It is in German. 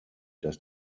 dass